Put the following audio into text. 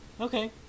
Okay